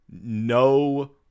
no